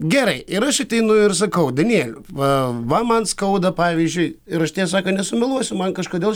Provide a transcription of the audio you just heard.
gerai ir aš ateinu ir sakau danieliau va va man skauda pavyzdžiui ir aš tiesą sakant nesumeluosiu man kažkodėl